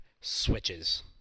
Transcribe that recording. switches